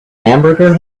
hamburger